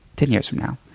ten years from now?